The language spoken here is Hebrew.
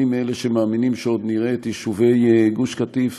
אני מאלה שמאמינים שעוד נראה את יישובי גוש קטיף